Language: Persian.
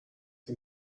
این